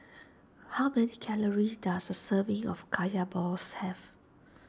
how many calories does a serving of Kaya Balls have